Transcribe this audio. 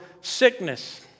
sickness